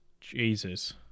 Jesus